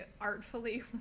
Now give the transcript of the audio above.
artfully